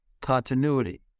continuity